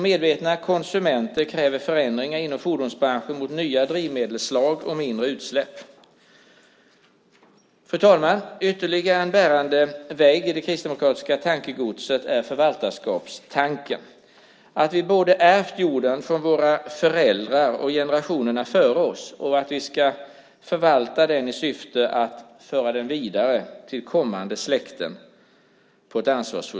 Medvetna konsumenter kräver förändringar i fordonsbranschen, i riktning mot nya drivmedelsslag och mindre utsläpp. Fru talman! Ytterligare en bärande vägg i det kristdemokratiska tankegodset är förvaltarskapstanken: att vi ärvt jorden från våra föräldrar och generationerna före oss och att vi ska förvalta den i syfte att på ett ansvarsfullt sätt föra den vidare till kommande släkten.